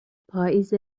پائیز